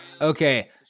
Okay